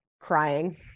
crying